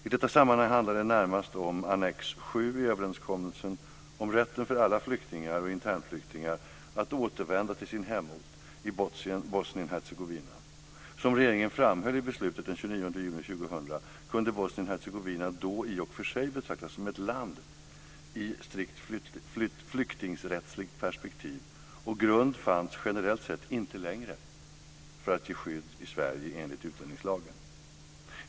I detta sammanhang handlar det närmast om annex VII i överenskommelsen om rätten för alla flyktingar och internflyktingar att återvända till sin hemort i Bosnien-Hercegovina. Som regeringen framhöll i beslutet den 29 juni 2000 kunde Bosnien-Hercegovina då i och för sig betraktas som ett land i strikt flyktingrättsligt perspektiv och grund fanns generellt sett inte längre för att ge skydd i Sverige enligt utlänningslagen.